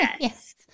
Yes